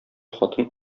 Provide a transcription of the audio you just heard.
хатын